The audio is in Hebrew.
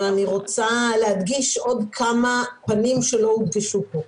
אני רוצה להגדיש עוד כמה פנים שלא הודגשו פה.